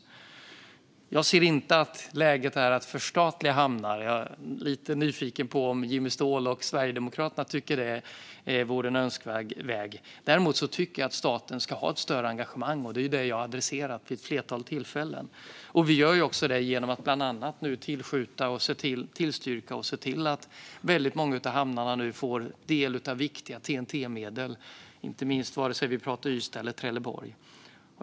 Jag ser inte att det är läge att förstatliga hamnar. Jag är lite nyfiken på om Jimmy Ståhl och Sverigedemokraterna tycker att det vore en önskvärd väg. Däremot tycker jag att staten ska ha ett större engagemang, och det har jag adresserat vid ett flertal tillfällen. Vi gör också det genom att bland annat tillskjuta, tillstyrka och se till att många av hamnarna nu får del av viktiga TEN-T-medel, oavsett om vi talar om Ystad eller om Trelleborg.